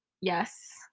Yes